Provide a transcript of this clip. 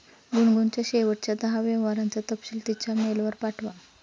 गुनगुनच्या शेवटच्या दहा व्यवहारांचा तपशील तिच्या मेलवर पाठवा